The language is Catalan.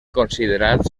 considerats